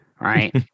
right